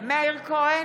מאיר כהן,